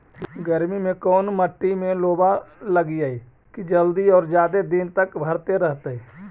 गर्मी में कोन मट्टी में लोबा लगियै कि जल्दी और जादे दिन तक भरतै रहतै?